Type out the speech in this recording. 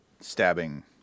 stabbing